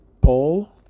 Paul